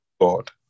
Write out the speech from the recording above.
God